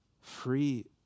Free